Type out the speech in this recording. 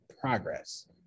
progress